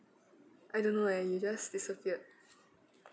I don't know eh you just disappeared